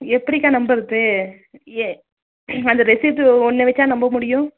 எப்படிக்கா நம்புகிறது ஏ அந்த ரெசிப்ட்டு ஒன்றை வச்சா நம்ப முடியும்